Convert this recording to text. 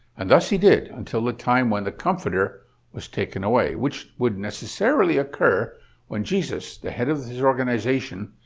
and thus he did until the time when the comforter was taken away, which would necessarily occur when jesus, the head of his organization,